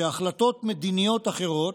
שהחלטות מדיניות אחרות,